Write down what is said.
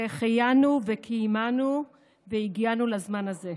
שהחיינו וקיימנו והגענו לזמן הזה.